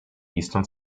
eastern